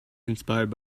inspired